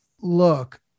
look